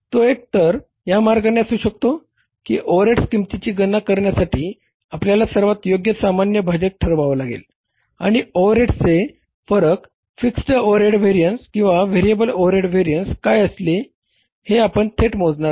तो एक तर या मार्गाने असू शकतो की ओव्हरहेड किंमतीची गणना करण्यासाठी आपल्याला सर्वात योग्य सामान्य भाजक ठरवावा लागेल आणि ओव्हरहेडचे फरक फिक्स्ड ओव्हरहेड व्हेरिएन्स किंवा व्हेरिएबल ओव्हरहेड व्हेरिएन्स काय असेल हे आपण थेट मोजणार नाही